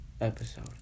episode